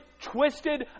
twisted